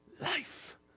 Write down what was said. life